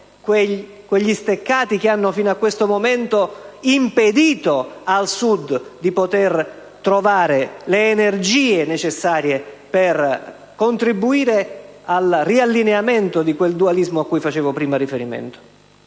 quegli steccati che fino a questo momento hanno impedito al Sud di trovare le energie necessarie per contribuire a ricomporre il dualismo cui facevo prima riferimento.